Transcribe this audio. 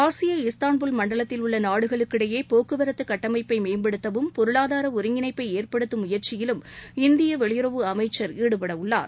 ஆசிய இஸ்தான்புல் மண்டலத்தில் உள்ளநாடுகளுக்கிடையேபோக்குவரத்துகட்டமைப்பைமேம்படுத்தவும் பொருளாதாரஒருங்கிணைப்பைஏற்படுத்தும் முயற்சியிலும் இந்தியவெளியுறவு அமைச்சர் ஈடுபடஉள்ளார்